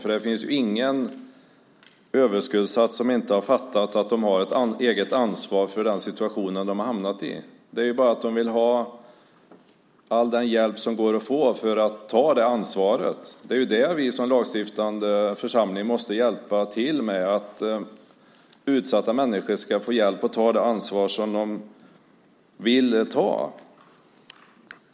Det finns ju inga överskuldsatta som inte har fattat att de har ett eget ansvar för den situation som de har hamnat i. De vill bara ha all den hjälp som går att få för att ta det här ansvaret. Det är ju det som vi som lagstiftande församling måste hjälpa till med. Det handlar om att utsatta människor ska få hjälp att ta det ansvar som de vill ta.